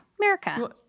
America